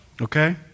Okay